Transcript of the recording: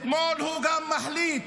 אתמול הוא גם מחליט,